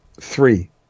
three